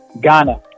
Ghana